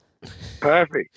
Perfect